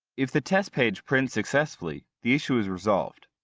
if the test page prints successfully, the issue is resolved.